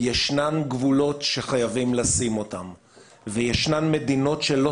ישנם גבולות שחייבים לשים וישנן מדינות שלא